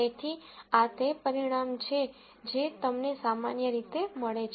તેથી આ તે પરિણામ છે જે તમને સામાન્ય રીતે મળે છે